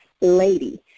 lady